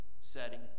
setting